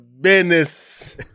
business